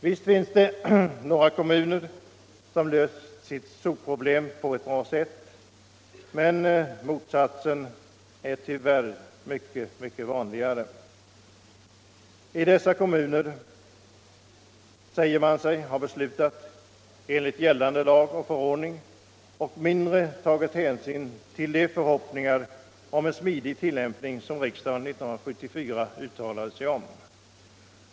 Visst finns det några kommuner som löst sitt sopproblem på ett bra sätt, men motsatsen är tyvärr mycket vanligare. I dessa kommuner säger man sig ha beslutat enligt gällande lag och förordning och mindre tagit hänsyn till de förhoppningar om en smidig tillimpning som riksdagen 1974 uttalat sig om.